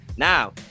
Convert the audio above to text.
Now